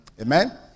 Amen